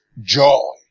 Joy